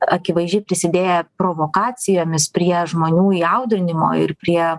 akivaizdžiai prisidėjo provokacijomis prie žmonių įaudrinimo ir prie